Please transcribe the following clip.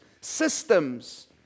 systems